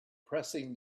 pressing